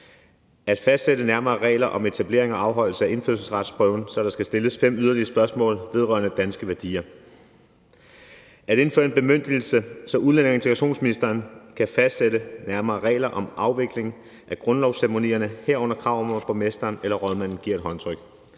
at fastsætte de nærmere regler om etablering og overholdelse af indfødsretsprøven, så der skal stilles fem yderligere spørgsmål vedrørende danske værdier; at indføre en bemyndigelse, så udlændinge- og integrationsministeren kan fastsætte nærmere regler om afvikling af grundlovsceremonierne, herunder krav om, at borgmesteren eller rådmanden giver et håndtryk.